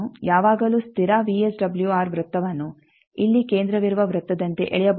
ಯಾವಾಗಲೂ ಸ್ಥಿರ ವಿಎಸ್ಡಬ್ಲ್ಯೂಆರ್ ವೃತ್ತವನ್ನು ಇಲ್ಲಿ ಕೇಂದ್ರವಿರುವ ವೃತ್ತದಂತೆ ಎಳೆಯಬಹುದು